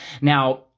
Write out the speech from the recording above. Now